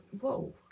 whoa